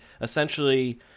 essentially